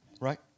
right